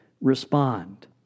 respond